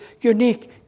unique